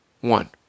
One